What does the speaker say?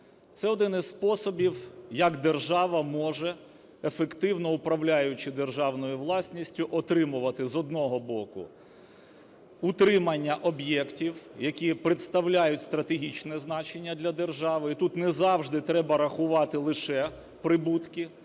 Це один із способів, як держава може, ефективно управляючи державною власністю, отримувати, з одного боку, утримання об'єктів, які представляють стратегічне значення для держави, і тут не завжди треба рахувати лише прибутки.